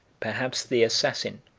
perhaps the assassin,